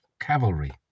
cavalry